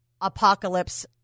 apocalypse